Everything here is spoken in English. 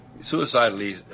suicidally